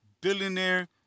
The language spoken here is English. billionaire